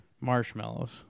marshmallows